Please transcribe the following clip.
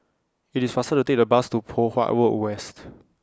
IT IS faster to Take The Bus to Poh Huat Road West